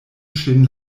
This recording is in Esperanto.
ŝin